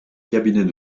cabinet